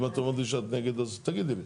ואם את אומרת לי שאת נגד אז תגידי לי.